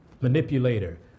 manipulator